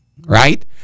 right